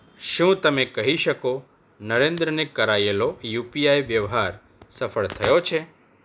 શું તમે કહી શકો નરેન્દ્રને કરાયેલો યુપીઆઈ વ્યવહાર સફળ થયો છે